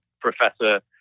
professor